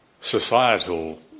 societal